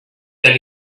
that